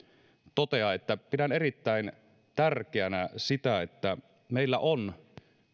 totean että pidän erittäin tärkeänä sitä että meillä on